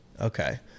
Okay